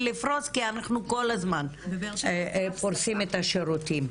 לפרוס כי אנחנו כל הזמן פורסים את השירותים.